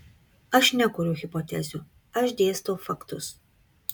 aš nekuriu hipotezių aš dėstau faktus